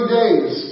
days